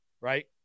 right